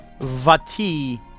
Vati